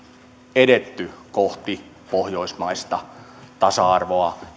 edenneet kohti pohjoismaista tasa arvoa